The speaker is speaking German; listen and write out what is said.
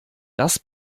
das